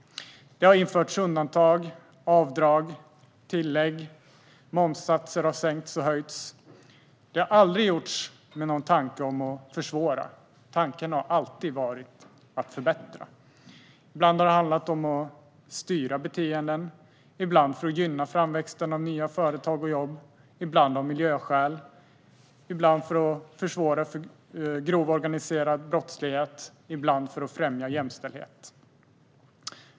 Det har införts undantag, avdrag och tillägg, och momssatser har sänkts och höjts. Detta har aldrig gjorts med tanken att försvåra. Tanken har alltid varit att förbättra. Ibland har det handlat om att styra beteenden. Ibland har man velat gynna framväxten av nya företag och jobb. Ibland har det gjorts av miljöskäl. Ibland har syftet varit att försvåra för grov organiserad brottslighet. Ibland har det handlat om att främja jämställdhet.